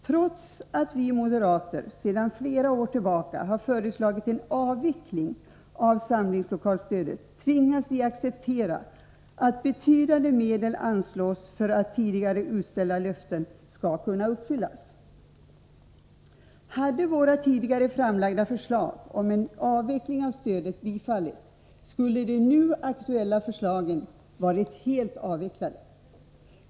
Trots att vi moderater sedan flera år tillbaka har föreslagit en avveckling av samlingslokalsstödet tvingas vi acceptera att betydande medel anslås för att tidigare utställda löften skall kunna uppfyllas. Hade våra tidigare framlagda förslag om en avveckling av stödet bifallits, skulle de nu aktuella förslagen varit helt avvecklade.